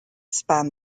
span